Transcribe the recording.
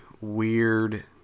weird